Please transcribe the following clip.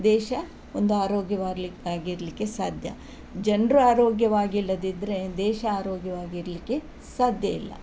ದೇಶ ಒಂದು ಆರೋಗ್ಯವಾಗ್ಲಿಕ್ಕೆ ಆಗಿರಲಿಕ್ಕೆ ಸಾಧ್ಯ ಜನರು ಆರೋಗ್ಯವಾಗಿಲ್ಲದಿದ್ದರೆ ದೇಶ ಆರೋಗ್ಯವಾಗಿರಲಿಕ್ಕೆ ಸಾಧ್ಯ ಇಲ್ಲ